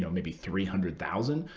so maybe three hundred thousand